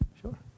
Sure